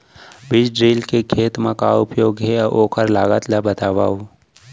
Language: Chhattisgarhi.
बीज ड्रिल के खेत मा का उपयोग हे, अऊ ओखर लागत ला बतावव?